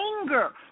anger